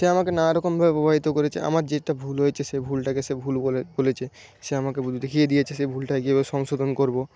সে আমাকে নানারকমভাবে প্রভাবিত করেছে আমার যেটা ভুল হয়েছে সেই ভুলটাকে সে ভুল বলে বলেছে সে আমাকে ভুল দেখিয়ে দিয়েছে সেই ভুলটা কিভাবে সংশোধন করবো